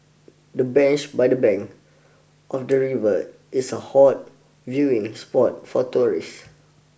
the bench by the bank of the river is a hot viewing spot for tourists